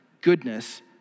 goodness